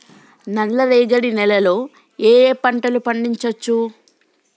నల్లరేగడి నేల లో ఏ ఏ పంట లు పండించచ్చు?